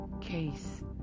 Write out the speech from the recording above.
case